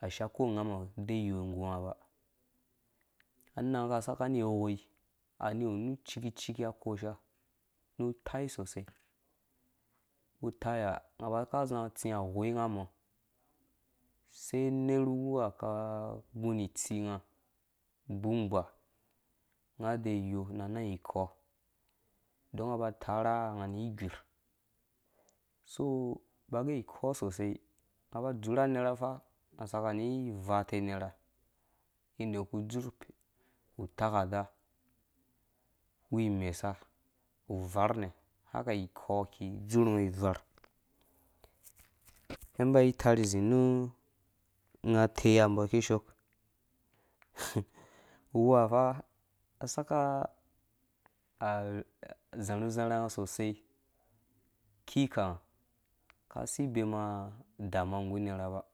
asi iwea ukonga mɔ̃ aiyo nggu nga ba anang nga aka saka ni iwei, ani iwu nu uciki-ciki a kosha, nu utai sosai, utai ha unga aba kaza atsi awoi nga umɔ̃ usei umer. wua aka gani itsinga, ugbumgba, unga adɛɛ ayok na anang ikɔ udon unga aba atara nga, unga ani igwir. so abage ikɔ sosai, aba azura unera faa aka saka ani ivaute unera inda uku udzur utakada uwu imesa uvaar nɛ̃ haka ikɔ iki dzur nga ivaar numen itar izĩ nu uteya mbɔ ikishok uwua faa akai saka azarhu-zarha nga sosai iki iyika nga asi ibemnga udamua nggu unera